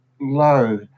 low